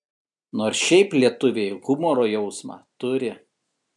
nors šiaip lietuviai humoro jausmą turi